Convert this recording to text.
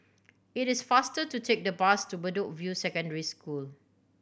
it is faster to take the bus to Bedok View Secondary School